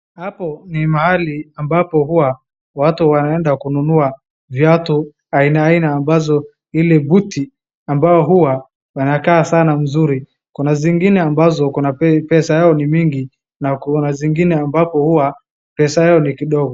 Hapo ni mahali ambapo huwa watu wanaenda kununua viatu aina ambazo ili buti ambao huwa wanakaa sana mzuri .Kuna zingine ambazo iko na pesa yao ni mingi na kuna zingine ambapo huwa pesa ya ni kidogo.